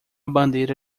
bandeira